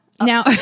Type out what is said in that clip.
now